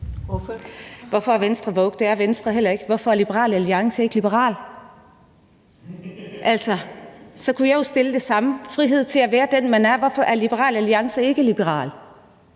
Hvorfor er Vestre woke? Det er Venstre heller ikke. Hvorfor er Liberal Alliance ikke liberal? Altså, så kunne jeg jo stille det samme spørgsmål om frihed til at være den, man er: Hvorfor er Liberal Alliance ikke liberal?